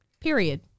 Period